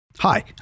Hi